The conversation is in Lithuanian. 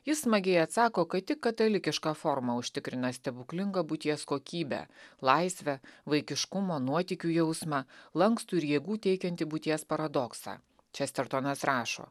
jis smagiai atsako kad tik katalikiška forma užtikrina stebuklingą būties kokybę laisvę vaikiškumo nuotykių jausmą lankstų ir jėgų teikiantį būties paradoksą čestertonas rašo